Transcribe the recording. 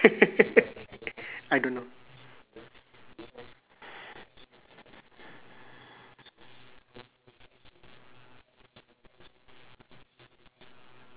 I don't know